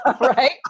right